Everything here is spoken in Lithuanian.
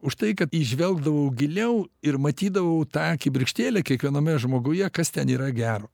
už tai kad įžvelgdavau giliau ir matydavau tą kibirkštėlę kiekviename žmoguje kas ten yra gero